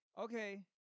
Okay